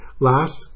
Last